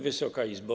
Wysoka Izbo!